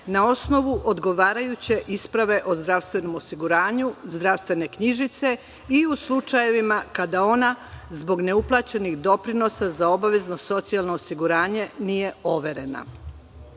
na osnovu odgovarajuće isprave o zdravstvenom osiguranju, zdravstvene knjižice i u slučajevima kada ona zbog neuplaćenih doprinosa za obavezno socijalno osiguranje nije overena.U